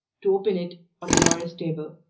to open it on the lawyer's table.